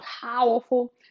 powerful